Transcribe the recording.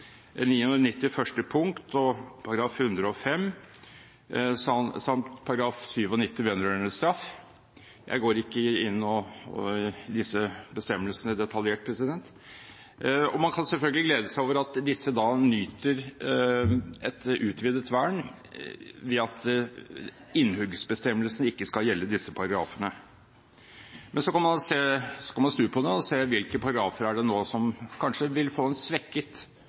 punkt og § 105 samt § 97 vedrørende straff – jeg går ikke inn i disse bestemmelsene detaljert – nyter et utvidet vern ved at innhuggsbestemmelsen ikke skal gjelde disse paragrafene. Men så kan man snu på det og se hvilke paragrafer det nå er som kanskje vil få en svekket